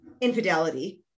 infidelity